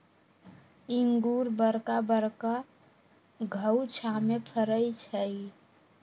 इंगूर बरका बरका घउछामें फ़रै छइ